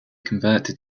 converted